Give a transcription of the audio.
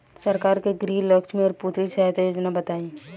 सरकार के गृहलक्ष्मी और पुत्री यहायता योजना बताईं?